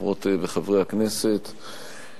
חברות וחברי הכנסת,